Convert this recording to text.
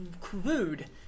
crude